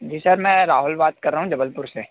जी sir मैं राहुल बात कर रहा हूँ जबलपुर से